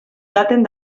daten